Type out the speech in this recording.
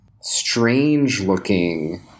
strange-looking